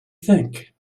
think